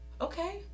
Okay